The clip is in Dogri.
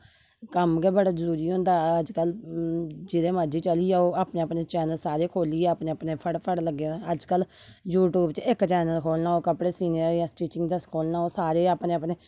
कम्म गै बड़ा जरुरी होंदा अजकल जित्थै मर्जी चली जाओ अपने अपने चैनल सारे खोह्लियै अपने अपने फटाफट लग्गे दा अजकल यूट्यूब च इक चैनल खोह्लना होऐ कपडे़ सीने स्टिचिंग दस्सना लेई खोलना होऐ ओह् सारे अपने अपने